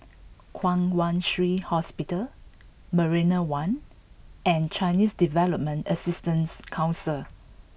Kwong Wai Shiu Hospital Marina One and Chinese Development Assistance Council